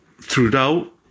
throughout